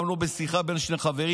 גם לא בשיחה בין שני חברים,